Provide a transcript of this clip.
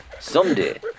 Someday